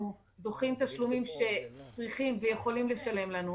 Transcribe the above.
דוחים תשלומים שצריכים ויכולים לשלם לנו,